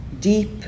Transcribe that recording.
deep